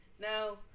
Now